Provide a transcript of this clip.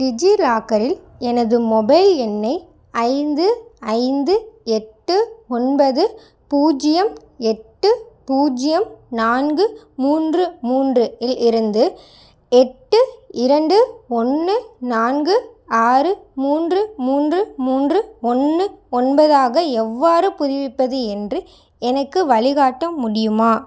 டிஜிலாக்கரில் எனது மொபைல் எண்ணை ஐந்து ஐந்து எட்டு ஒன்பது பூஜ்ஜியம் எட்டு பூஜ்ஜியம் நான்கு மூன்று மூன்று இல் இருந்து எட்டு இரண்டு ஒன்று நான்கு ஆறு மூன்று மூன்று மூன்று ஒன்று ஒன்பதாக எவ்வாறு புதுப்பிப்பது என்று எனக்கு வழிகாட்ட முடியுமா